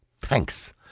Thanks